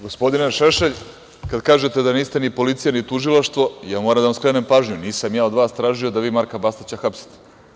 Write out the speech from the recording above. Gospodine Šešelj, kada kažete da niste ni policija, ni tužilaštvo, ja moram da vam skrenem pažnju da nisam ja od vas tražio da Marka Bastaća hapsite.